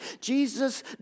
Jesus